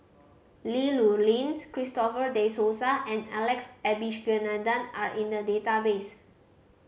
Li Rulin Christopher De Souza and Alex Abisheganaden are in the database